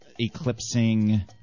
Eclipsing